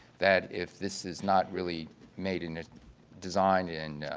that if this is not really made and designed yeah and